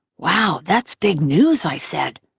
wow, that's big news, i said.